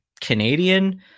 Canadian